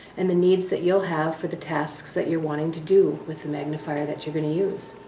and the needs that you'll have for the tasks that you're wanting to do with the magnifier that you're going to use.